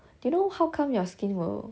do you know how come your skin will